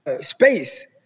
space